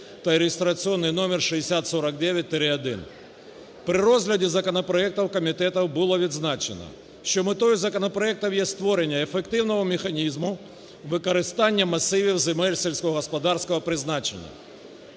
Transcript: та реєстраційний номер 6049-1. При розгляді законопроектів комітетом було відзначено, що метою законопроекту є створення ефективного механізму використання масивів земель сільськогосподарського призначення.